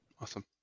Awesome